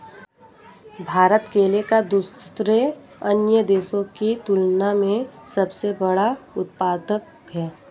भारत केले का दूसरे अन्य देशों की तुलना में सबसे बड़ा उत्पादक है